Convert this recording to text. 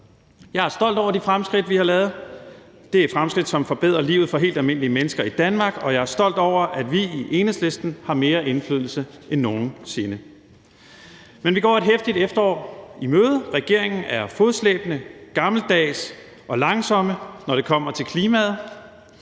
Jeg er stolt over de fremskridt, vi har lavet, det er fremskridt, som forbedrer livet for helt almindelige mennesker i Danmark, og jeg er stolt over, at vi i Enhedslisten har mere indflydelse end nogen sinde. Men vi går et heftigt efterår i møde. Regeringen er fodslæbende, gammeldags og langsom, når det kommer til klimaet.